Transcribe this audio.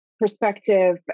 perspective